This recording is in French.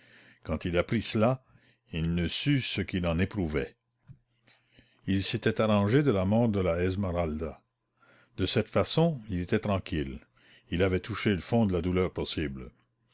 quand il apprit cela il ne sut ce qu'il en éprouvait il s'était arrangé de la mort de la esmeralda de cette façon il était tranquille il avait touché le fond de la douleur possible